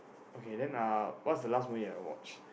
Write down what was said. okay then uh what's the last movie that you watch